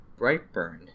Brightburn